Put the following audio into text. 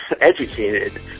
educated